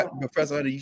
Professor